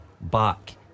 back